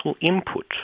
input